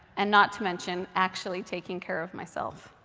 and not to mention actually taking care of myself?